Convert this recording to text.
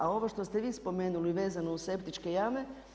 A ovo što ste vi spomenuli vezano uz septičke tame.